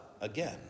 again